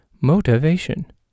Motivation